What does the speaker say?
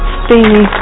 steamy